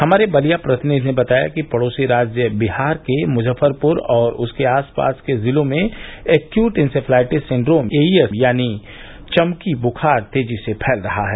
हमारे बलिया प्रतिनिधि ने बताया कि पड़ोसी राज्य विहार के मुजफ्फरपुर और उसके आसपास के जिलों में एक्यूट इंसेफेलाइटिस सेंड्रोम एईएस यानी चमकी बुखार तेजी से फैल रहा है